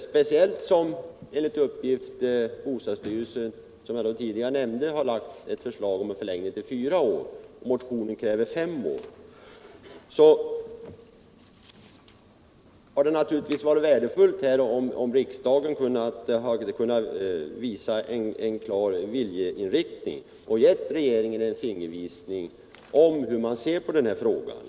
Speciellt som bostadsstyrelsen enligt uppgift har föreslagit en förlängning till fyra år och motionen kräver fem år hade det varit värdefullt om riksdagen uttalat en klar viljeinriktning och givit regeringen en fingervisning om hur man ser på den här frågan.